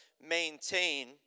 maintain